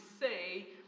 say